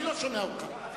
אני לא שומע אותך.